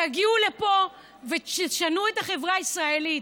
תגיעו לפה ותשנו את החברה הישראלית.